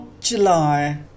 July